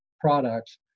products